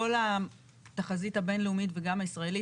כל התחזית הבינלאומית וגם הישראלית,